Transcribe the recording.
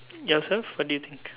yourself what do you think